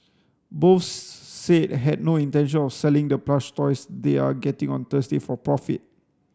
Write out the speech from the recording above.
both said had no intention of selling the plush toys they are getting on Thursday for profit